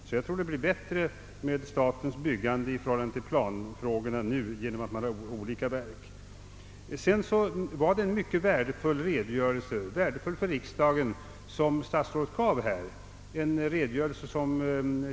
Jag tror att det blir bättre med statens byggande i förhållande till planfrågorna nu genom att man får olika verk. Statsrådet gav en för riksdagen mycket värdefull redogörelse.